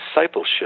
discipleship